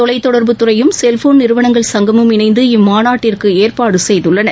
தொலைத்தொடர்புத் துறையும் செல்போள் நிறுவனங்கள் சங்கமும் இணைந்து இம்மாநாட்டிற்கு ஏற்பாடு செய்துள்ளன